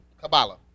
Kabbalah